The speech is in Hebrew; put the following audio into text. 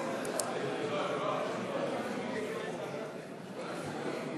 לרשויות מקומיות)